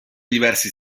diversi